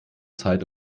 zeit